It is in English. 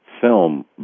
film